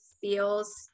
feels